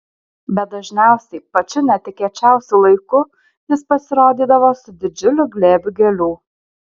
bet dažniausiai pačiu netikėčiausiu laiku jis pasirodydavo su didžiuliu glėbiu gėlių